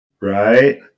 right